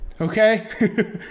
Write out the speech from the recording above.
okay